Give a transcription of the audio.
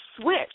switch